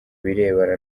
birebana